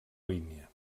línia